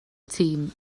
tîm